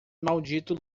maldito